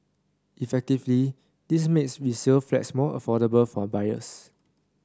effectively this makes resale flats more affordable for buyers